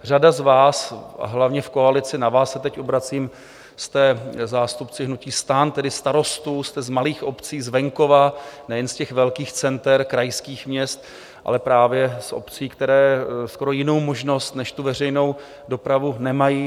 Řada z vás, a hlavně v koalici na vás se teď obracím, jste zástupci hnutí STAN, tedy starostů, jste z malých obcí, z venkova, nejen z těch velkých center, krajských měst, ale právě z obcí, které skoro jinou možnost než veřejnou dopravu nemají.